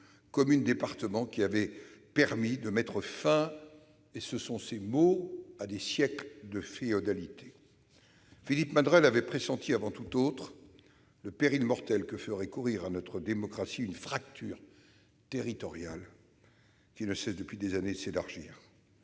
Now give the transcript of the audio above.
ce binôme département-communes, qui avait permis- je reprends ses mots -de « mettre fin à des siècles de féodalité ». Philippe Madrelle avait pressenti, avant tout autre, le péril mortel que ferait courir à notre démocratie une fracture territoriale qui ne cesse, depuis des années, de s'élargir.